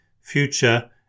future